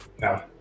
No